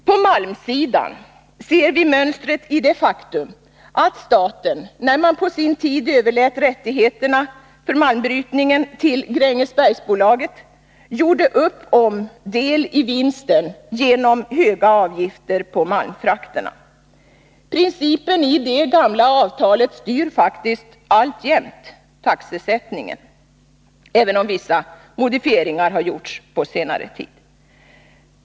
På malmsidan ser vi mönstret i det faktum att staten, när man på sin tid överlät rättigheterna för malmbrytningen till Grängesbergsbolaget, gjorde upp om del vinsten genom höga avgifter på malmfrakterna. Principerna i det gamla avtalet styr faktiskt alltjämt taxesättningen, även om vissa modifieringar har gjorts på senare tid.